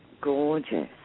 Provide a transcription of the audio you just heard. Gorgeous